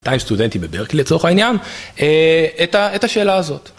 מאתיים סטודנטים בברקלי לצורך העניין את השאלה הזאת.